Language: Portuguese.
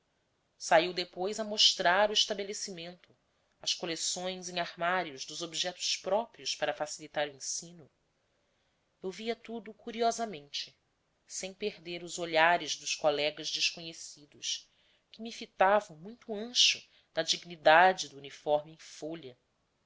saiu depois a mostrar o estabelecimento as coleções em armários dos objetos próprios para facilitar o ensino eu via tudo curiosamente sem perder os olhares dos colegas desconhecidos que me fitavam muito ancho na dignidade do uniforme em folha